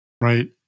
Right